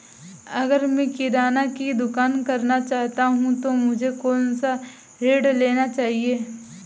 अगर मैं किराना की दुकान करना चाहता हूं तो मुझे कौनसा ऋण लेना चाहिए?